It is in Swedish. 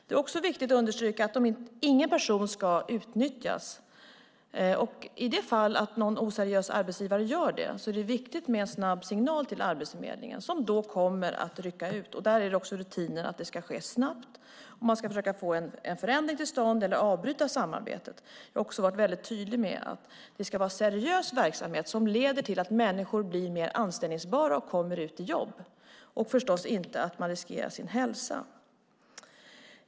Det är också viktigt att understryka att ingen person ska utnyttjas, men i det fall någon oseriös arbetsgivare gör det är det viktigt med en snabb signal till Arbetsförmedlingen som då kommer att rycka ut. Rutinen är att det ska ske snabbt. Man ska försöka få en förändring till stånd eller avbryta samarbetet. Jag har också varit väldigt tydlig med att det ska vara seriös verksamhet som leder till att människor blir mer anställningsbara och kommer ut i jobb, och man ska förstås inte riskera sin hälsa.